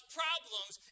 problems